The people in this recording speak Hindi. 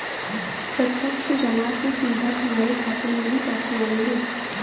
प्रत्यक्ष जमा से सीधा तुम्हारे खाते में ही पैसे आएंगे